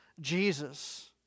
Jesus